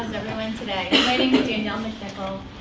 everyone today? my name is danielle mcnichol,